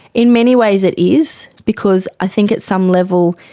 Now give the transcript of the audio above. in many ways it is, because i think at some level